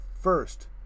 first